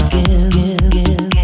again